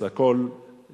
אז הכול יהיה,